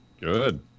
Good